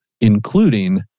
including